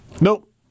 Nope